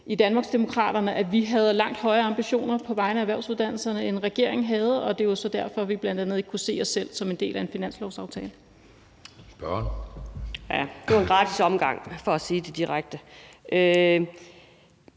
i Danmarksdemokraterne, at vi havde langt højere ambitioner på vegne af erhvervsuddannelserne, end regeringen havde, og det er jo så derfor, vi bl.a. ikke kunne se os selv som en del af en finanslovsaftale. Kl. 19:42 Anden næstformand (Jeppe